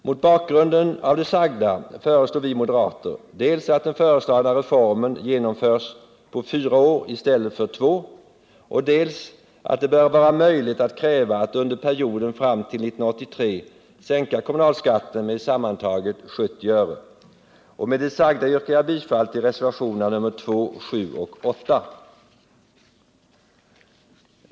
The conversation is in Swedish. Mot bakgrunden av det sagda föreslår vi moderater dels att den föreslagna reformen genomförs på fyra år i stället för två, dels att det bör vara möjligt att kräva att under perioden fram till 1983 sänka kommunalskatten med sammantaget 70 öre. Med det sagda yrkar jag bifall till reservationerna 2, 7 och 8.